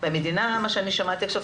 והמדינה ממה ששמעתי עכשיו,